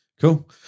Cool